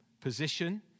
position